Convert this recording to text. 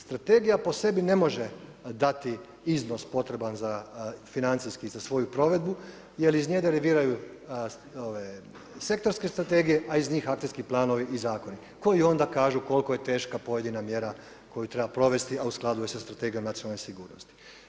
Strategija po sebi ne može dati iznos potreban financijski za svoju provedbu jer iz nje deriviraju sektorske strategije a iz njih akcijski planovi i zakoni koji onda kažu koliko je teška pojedina mjera koju treba provesti a u skladu je sa Strategijom nacionalne sigurnosti.